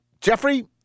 Jeffrey